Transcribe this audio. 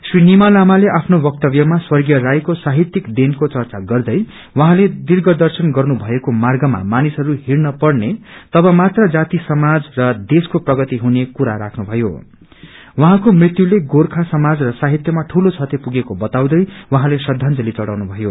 श्री नीामा लामोल आफ्नो वक्तव्यमा स्वर्गीय राईको साहित्यिक देनको चर्चा गर्दै उहाँले दिर्ग्दशन गर्नु भएको मार्गमा मानिसहरू हिउँनपर्ने तब मात्र जाति समाज द देशको प्रगति हुने कुरा राख्नुभयो उहाँको मृत्युले गोर्खा समाज र साहित्यमा दूलो क्षति पुगेको बताउँदै श्रदाजंली चढ़ाउनुभयो